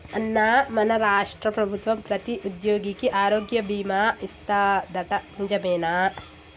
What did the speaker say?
అన్నా మన రాష్ట్ర ప్రభుత్వం ప్రతి ఉద్యోగికి ఆరోగ్య బీమా ఇస్తాదట నిజమేనా